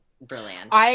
Brilliant